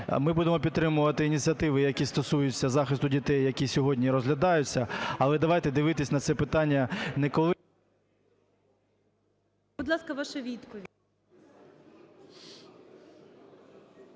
Ми будемо підтримувати ініціативи, які стосуються захисту дітей, які сьогодні розглядаються, але давайте дивитись на це питання не коли…